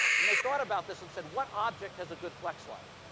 and they thought about this and said, what object has a good flex life?